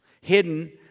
Hidden